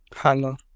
Hello